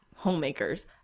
homemakers